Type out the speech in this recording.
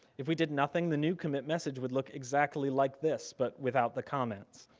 if we did nothing, the new commit message would look exactly like this, but without the comments.